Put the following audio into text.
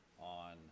on